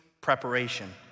preparation